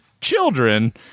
children